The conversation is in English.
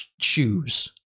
shoes